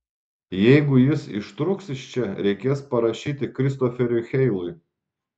jeigu jis ištrūks iš čia reikės parašyti kristoferiui heilui